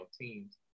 teams